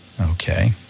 okay